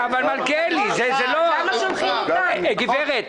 גברת,